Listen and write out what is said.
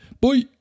boy